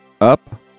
up